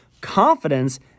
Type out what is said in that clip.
Confidence